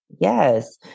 Yes